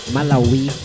Malawi